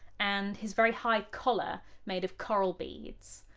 and his very high collar made of coral beads.